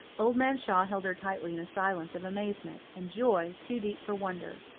old man shaw held her tightly in a silence of amazement and joy too deep for wonder.